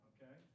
Okay